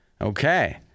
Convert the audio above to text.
Okay